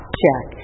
check